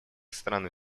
стран